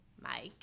Mike